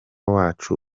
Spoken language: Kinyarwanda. wacu